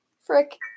frick